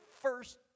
first